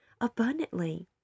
abundantly